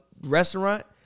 restaurant